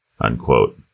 Unquote